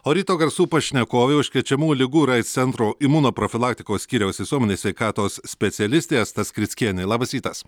o ryto garsų pašnekovė užkrečiamų ligų ir aids centro imunoprofilaktikos skyriaus visuomenės sveikatos specialistė asta skrickienė labas rytas